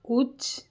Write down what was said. ਕੁਛ